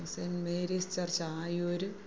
saint Mary's church Ayur